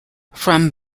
from